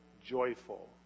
Joyful